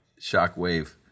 shockwave